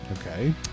okay